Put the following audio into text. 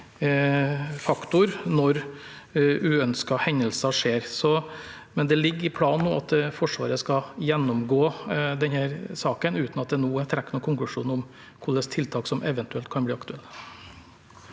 faktor når uønskede hendelser skjer. Det ligger i planen, og Forsvaret skal gjennomgå denne saken uten at det er trukket noen konklusjon om hvilke tiltak som eventuelt kan bli aktuelle.